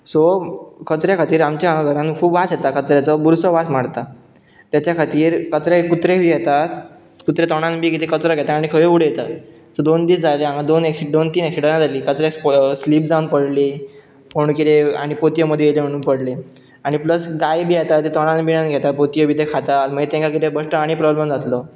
so कचऱ्या खातीर आमच्या हांगा घरान खूब वास येता कचऱ्याचो बुरसो वास मारता ताच्या खातीर कचऱ्या कुत्रे बी येतात कुत्रे तोंडान बी कितें कचरो घेता आनी खंयू उडयतात सो दोन दीस जाले हांगा दोन दोन तीन एक्सिडेंटां जालीं कचऱ्यार स्लीप जावन पडली पूण कितें आनी पोतयो मदी येयल्यो म्हणून पडलीं आनी प्लस गायो बी येतात ते तोंडान बिनान घेतात पोतयो बितयो ते खातात मागीर तेंकां कितें बेश्टो आनी प्रोब्लेम जातलो